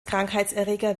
krankheitserreger